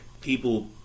people